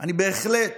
אני בהחלט